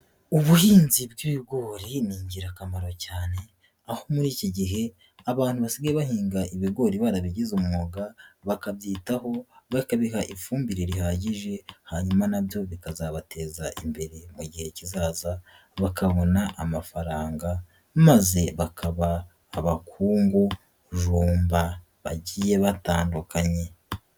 Ubuhinzi bw'ibigori ni ingirakamaro cyane aho muri iki gihe abantu basigaye bahinga ibigori barabigize umwuga bakabyitaho bakabiha ifumbire rihagije hanyuma nabyo bikazabateza imbere mu gihe kizaza bakabona amafaranga maze bakaba abakungu bujumba bagiye batandukanye.